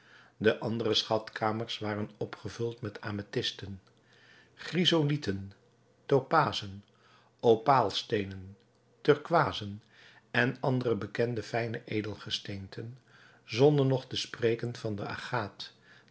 de andere schatkamers waren opgevuld met ametisten chrysolieten topazen opaalsteenen turkooizen en andere bekende fijne edelgesteenten zonder nog te spreken van den agaat